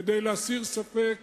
כדי להסיר ספק